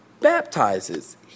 baptizes